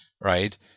right